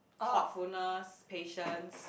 thoughtfulness patience